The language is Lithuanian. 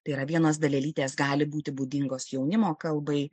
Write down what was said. tai yra vienos dalelytės gali būti būdingos jaunimo kalbai